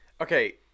Okay